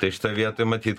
tai šitoj vietoj matyt